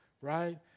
right